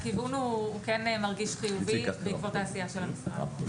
הכיוון הוא חיובי בעקבות העשייה של המשרד.